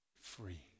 free